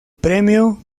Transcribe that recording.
premio